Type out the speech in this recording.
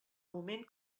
moment